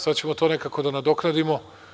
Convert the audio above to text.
Sada ćemo to nekako da nadoknadimo.